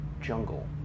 jungle